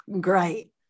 great